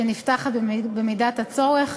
שנפתחת במידת הצורך,